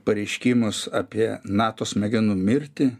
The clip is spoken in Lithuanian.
pareiškimus apie nato smegenų mirtį